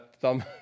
thumb